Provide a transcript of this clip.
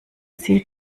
sie